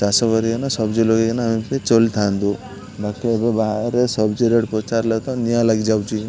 ଚାଷ କରିକିନା ସବ୍ଜିି ଲଗାଇକିନା ଆମେ ଚଳିଥାନ୍ତୁ ବାକି ଏବେ ବାହାରେ ସବ୍ଜି ରେଟ୍ ପଚାରିଲେ ତ ନିଆଁ ଲାଗିଯାଉଛି